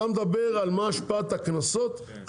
אתה מדבר על השפעת הקנסות על המחיר, יש הבדל.